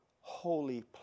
holy